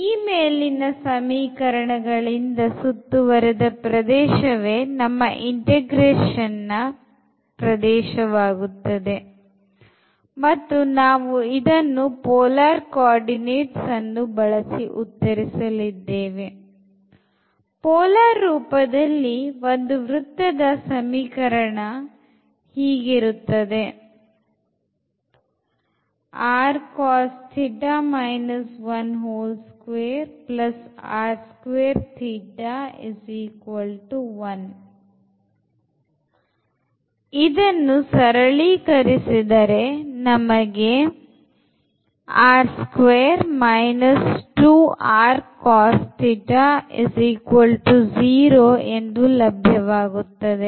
ಈ ಮೇಲಿನ ಸಮೀಕರಣ ಗಳಿಂದ ಸುತ್ತುವರೆದ ಪ್ರದೇಶವೇ ನಮ್ಮ integration ನ ಪ್ರದೇಶವಾಗುತ್ತದೆ ಮತ್ತು ನಾವು ಇದನ್ನು polar coordinates ಅನ್ನು ಬಳಸಿ ಉತ್ತರಿಸಲಿದ್ದೇವೆ ಪೋಲಾರ್ ರೂಪದಲ್ಲಿ ಒಂದು ವೃತ್ತದ ಸಮೀಕರಣ ಹೀಗೆ ಇರುತ್ತದೆ ಇದನ್ನು ಸರಳೀಕರಿಸಿದರೆ ನಮಗೆ ಲಭ್ಯವಾಗುತ್ತದೆ